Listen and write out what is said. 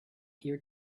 here